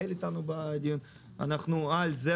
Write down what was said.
אנחנו על זה.